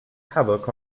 havoc